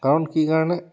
কাৰণ কি কাৰণে